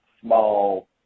small